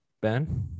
Ben